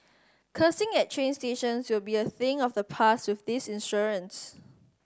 cursing at train stations will be a thing of the past with this insurance